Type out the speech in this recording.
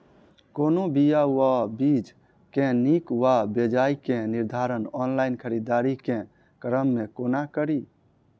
कोनों बीया वा बीज केँ नीक वा बेजाय केँ निर्धारण ऑनलाइन खरीददारी केँ क्रम मे कोना कड़ी?